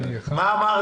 תודה רבה,